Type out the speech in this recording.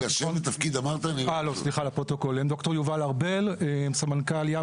סליחה, לפרוטוקול ד"ר יובל ארבל, סמנכ"ל ים